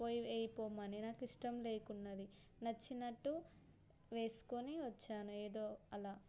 పోయి వెయ్యి పోమని నాకు ఇష్టం లేకున్నది నచ్చినట్టు వేసుకుని వచ్చాను ఏదో అలా